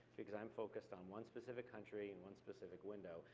because i'm focused on one specific country, in one specific window,